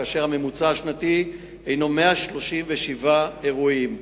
כשהממוצע השנתי הוא 137 אירועים,